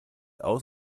aus